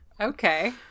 Okay